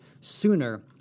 sooner